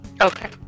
Okay